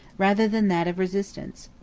rather than that of resistance.